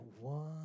one